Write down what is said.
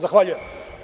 Zahvaljujem.